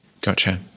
Gotcha